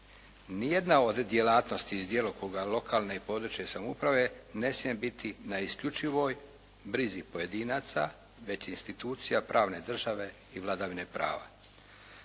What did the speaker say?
Ni jedna od djelatnosti iz djelokruga lokalne i područne samouprave ne smije biti na isključivoj brizi pojedinaca već institucija pravne države i vladavine prava.